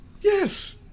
Yes